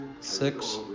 Six